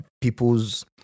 people's